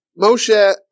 Moshe